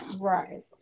Right